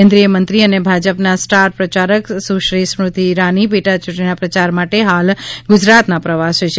કેન્દ્રિય મંત્રી અને ભાજપના સ્ટાર પ્રયારક સુશ્રી સ્મૃતિ ઈરાની પેટાચૂંટણીના પ્રચાર માટે હાલ ગૂજરાતના પ્રવાસે છે